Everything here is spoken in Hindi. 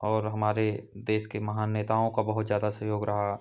और हमारे देश के महान नेताओं का बहुत ज़्यादा सहयोग रहा